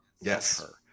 yes